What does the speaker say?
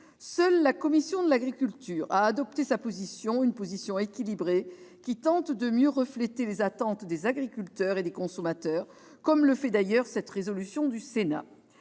Seule la commission de l'agriculture a adopté sa position : elle est équilibrée et tente de mieux refléter les attentes des agriculteurs et des consommateurs, comme le fait d'ailleurs cette proposition de